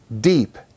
Deep